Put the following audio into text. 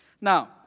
Now